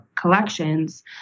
collections